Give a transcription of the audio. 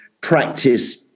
practice